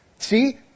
See